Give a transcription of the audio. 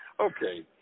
Okay